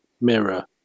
mirror